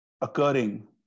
occurring